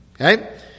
Okay